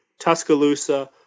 Tuscaloosa